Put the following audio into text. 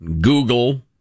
Google